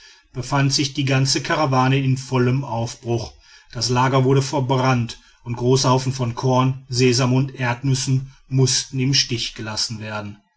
befand sich die ganze karawane in vollem aufbruch das lager wurde verbrannt und große haufen von korn sesam und erdnüssen mußten im stich gelassen werden